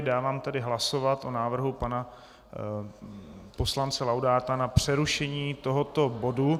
Dávám tedy hlasovat o návrhu pana poslance Laudáta na přerušení tohoto bodu.